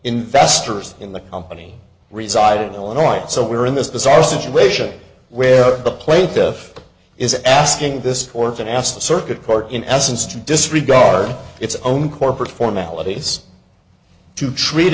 investors in the company reside in illinois so we're in this bizarre situation where the plaintiff is asking this orphan asked the circuit court in essence to disregard its own corporate formalities to treat